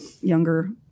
younger